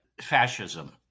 fascism